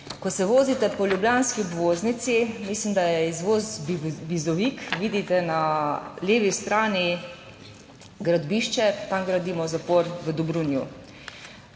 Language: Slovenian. Ko se vozite po ljubljanski obvoznici, mislim, da je izvoz Bizovik, vidite na levi strani gradbišče, tam gradimo zapor v Dobrunju.